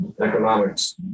economics